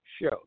show